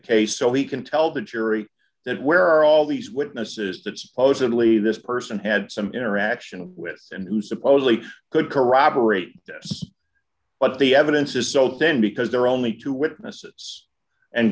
case so he can tell the jury that where all these witnesses that supposedly this person had some interaction with and who supposedly could corroborate this but the evidence is so thin because there are only two witnesses and